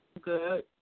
Good